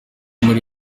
muri